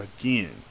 Again